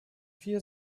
vier